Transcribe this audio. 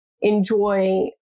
enjoy